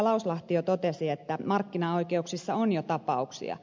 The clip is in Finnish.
lauslahti jo totesi että markkinaoikeuksissa on jo tapauksia